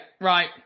right